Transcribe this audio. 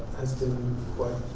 has been quite